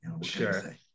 Sure